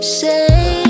say